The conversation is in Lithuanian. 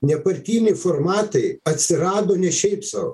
nepartiniai formatai atsirado ne šiaip sau